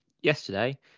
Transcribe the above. Yesterday